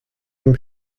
dem